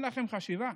אין לכם חשיבה?